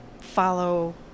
follow